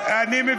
אני מבין,